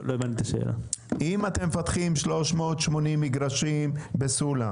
אם אתם מפתחים 380 מגרשים בכפר סולם